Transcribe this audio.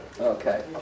Okay